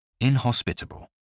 Inhospitable